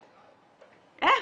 איך?